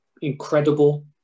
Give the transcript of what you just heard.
Incredible